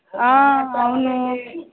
అవునూ